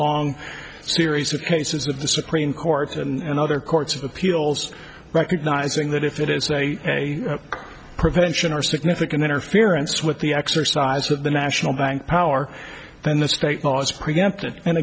long series of cases of the supreme court and other courts of appeals recognizing that if it is a prevention or significant interference with the exercise of the national bank power then the state was preempted and